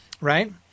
right